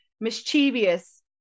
mischievous